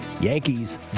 Yankees